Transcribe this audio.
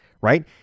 right